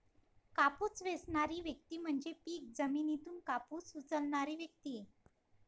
कापूस वेचणारी व्यक्ती म्हणजे पीक जमिनीतून कापूस उचलणारी व्यक्ती